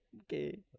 Okay